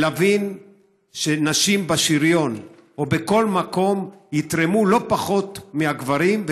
ולהבין שנשים בשריון או בכל מקום יתרמו לא פחות מהגברים,